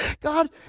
God